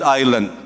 island